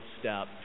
step